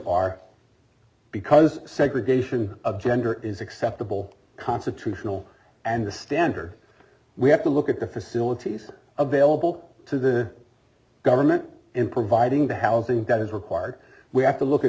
are because segregation of gender is acceptable constitutional and the standard we have to look at the facilities available to the government in providing the housing that is required we have to look at